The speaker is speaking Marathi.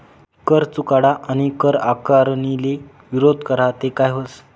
कर चुकाडा आणि कर आकारणीले विरोध करा ते काय व्हस